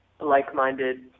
like-minded